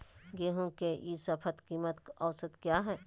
गेंहू के ई शपथ कीमत औसत क्या है?